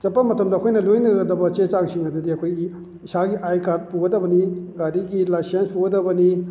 ꯆꯠꯄ ꯃꯇꯝꯗ ꯑꯩꯈꯣꯏꯅ ꯂꯣꯏꯅꯒꯗꯕ ꯆꯦ ꯆꯥꯡꯁꯤꯡ ꯑꯗꯨꯗꯤ ꯑꯩꯈꯣꯏꯒꯤ ꯏꯁꯥꯒꯤ ꯑꯥꯏ ꯀꯥꯔꯠ ꯄꯨꯒꯗꯕꯅꯤ ꯒꯥꯔꯤꯒꯤ ꯂꯥꯏꯁꯦꯟꯁ ꯄꯨꯒꯗꯕꯅꯤ